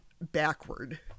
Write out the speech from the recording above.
backward